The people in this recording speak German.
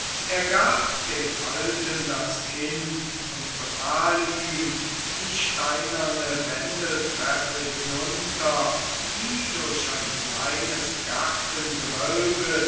er gab dem alten das kind und befahl ihm die steinerne wendeltreppe hinunter die durch ein kleines